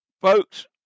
Folks